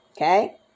Okay